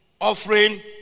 offering